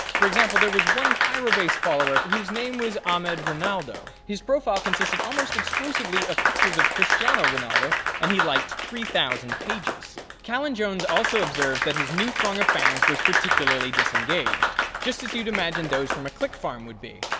for example there was one cairo-based follower whose name was ahmed ronaldo. his profile consisted almost exclusively of pictures of cristiano ronaldo and he liked three thousand pages. cellan-jones also observed that his new throng of fans was particularly disengaged, just as you'd imagine those from a click-farm would be.